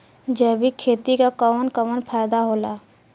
जैविक खेती क कवन कवन फायदा होला?